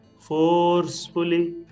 forcefully